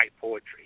poetry